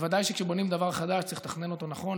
בוודאי שכשבונים דבר חדש צריך לתכנן אותו נכון,